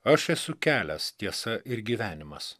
aš esu kelias tiesa ir gyvenimas